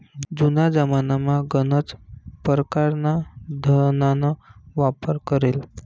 जुना जमानामा गनच परकारना धनना वापर करेत